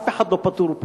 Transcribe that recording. אף אחד לא פטור פה.